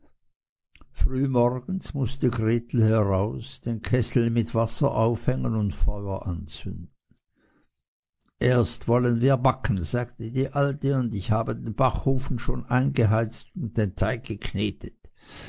mußte gretel heraus den kessel mit wasser aufhängen und feuer anzünden erst vollen wir backen sagte die alte ich habe den backofen schon eingeheizt und den teig geknetet